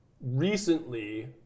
recently